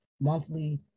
monthly